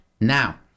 Now